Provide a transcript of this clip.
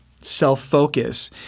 self-focus